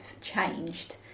changed